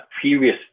previous